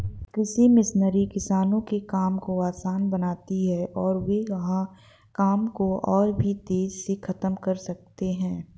कृषि मशीनरी किसानों के काम को आसान बनाती है और वे वहां काम को और भी तेजी से खत्म कर सकते हैं